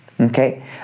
Okay